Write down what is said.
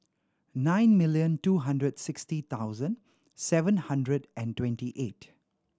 nine million two hundred sixty thousand seven hundred and twenty eight